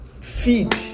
Feed